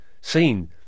seen